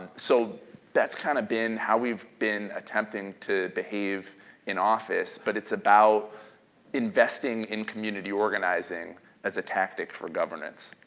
so that's kind of been how we've been attempting to behave in office, but it's about investing in community organizing as a tactic for governance.